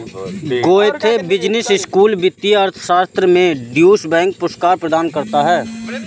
Goethe Business School वित्तीय अर्थशास्त्र में ड्यूश बैंक पुरस्कार प्रदान करता है